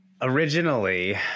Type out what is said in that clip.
originally